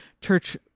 church